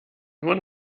immer